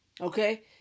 Okay